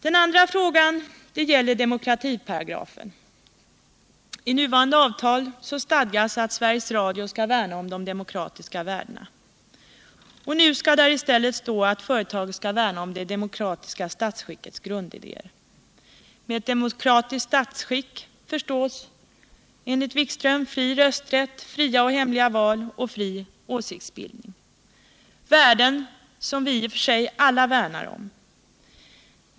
Den andra frågan gäller demokratiparagrafen. I nuvarande avtal stadgas att Sveriges Radio skall värna om de demokratiska värdena. Nu skall där i stället stå att företaget skall värna om det demokratiska statsskickets grundidéer. Och med ett demokratiskt statsskick förstås enligt utbildningsministern fri rösträtt, fria och hemliga val och fri åsiktsbildning, värden som vi alla i och för sig värnar om.